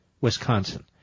Wisconsin